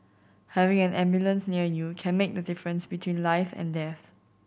having an ambulance near you can make the difference between life and death